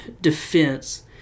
defense